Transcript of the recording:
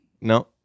No